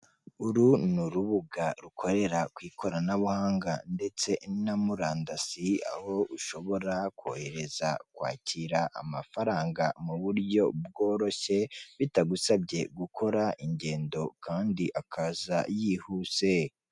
Uru ni urubuga rukorera ku ikoranabuhanga ndetse na murandasi, aho ushobora kohereza, kwakira amafaranga mu buryo bworoshye, bitagusabye gukora ingendo, kandi akaza yihuse.